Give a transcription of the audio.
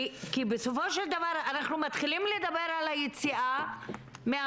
כי בסופו של דבר, אנחנו מדברים על היציאה מהמשבר.